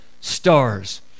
stars